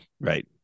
Right